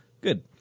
Good